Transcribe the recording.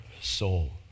soul